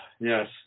yes